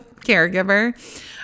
caregiver